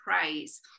praise